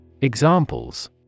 Examples